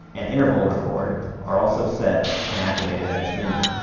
and interval record are also set and activated in this menu.